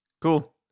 Cool